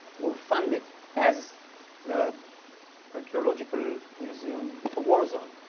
or funded as the archaeological museum for war zone.